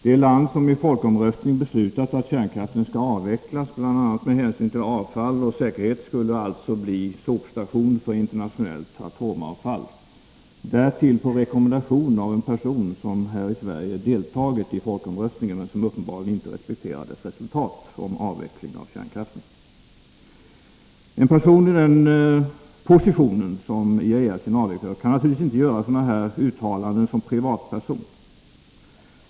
Det land som i en folkomröstning har beslutat att kärnkraften skall avvecklas bl.a. med hänsyn till avfall och säkerhet skulle alltså bli sopstation för internationellt atomavfall — därtill på rekommendation av en person, som här i Sverige deltog i folkomröstningen men som uppenbarligen inte respekterar dess resultat: avveckling av kärnkraften. En person i den position som IAEA:s generaldirektör innehar kan naturligtvis inte göra sådana här uttalanden såsom privatperson.